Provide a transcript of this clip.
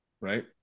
right